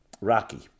rocky